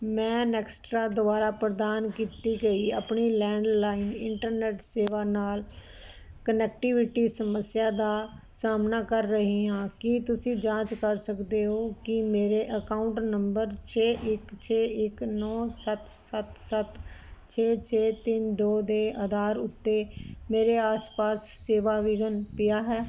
ਮੈਂ ਨੇਕਸਟਰਾ ਦੁਆਰਾ ਪ੍ਰਦਾਨ ਕੀਤੀ ਗਈ ਆਪਣੀ ਲੈਂਡਲਾਈਨ ਇੰਟਰਨੈਟ ਸੇਵਾ ਨਾਲ ਕਨੈਕਟੀਵਿਟੀ ਸਮੱਸਿਆ ਦਾ ਸਾਹਮਣਾ ਕਰ ਰਹੀ ਹਾਂ ਕੀ ਤੁਸੀਂ ਜਾਂਚ ਕਰ ਸਕਦੇ ਹੋ ਕੀ ਮੇਰੇ ਅਕਾਊਂਟ ਨੰਬਰ ਛੇ ਇੱਕ ਛੇ ਇੱਕ ਨੌਂ ਸੱਤ ਸੱਤ ਸੱਤ ਛੇ ਛੇ ਤਿੰਨ ਦੋ ਦੇ ਅਧਾਰ ਉੱਤੇ ਮੇਰੇ ਆਸ ਪਾਸ ਸੇਵਾ ਵਿੱਚ ਵਿਘਨ ਪਿਆ ਹੈ